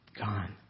gone